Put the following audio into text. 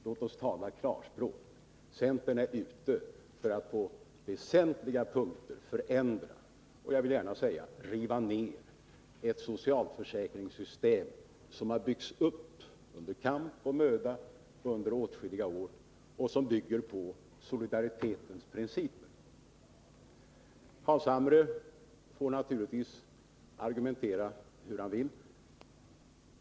Låt oss tala klarspråk: Centern är ute efter att på väsentliga punkter förändra och riva ned ett socialförsäkringssystem som har byggts upp under kamp och möda och som bygger på solidaritetens principer. Nils Carlshamre får naturligtvis argumentera som han vill.